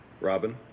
Robin